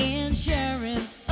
insurance